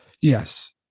Yes